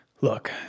Look